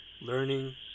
learning